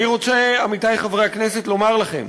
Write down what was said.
אני רוצה, עמיתי חברי הכנסת, לומר לכם